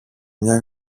μια